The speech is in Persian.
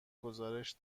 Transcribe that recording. گزارش